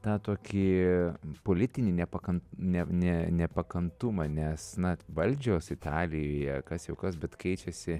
tą tokį politinį nepakan ne ne nepakantumą nes na valdžios italijoje kas jau kas bet keičiasi